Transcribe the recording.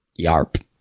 yarp